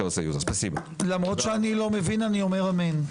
אני אומר אמן.